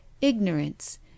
Ignorance